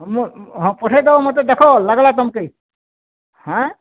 ହଁ ପଠେଇଦେବ ମୋତେ ଦେଖ ଲାଗ୍ଲା ତୁମକେ ହାଁ